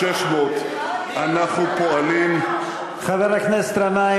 600. חבר הכנסת גנאים,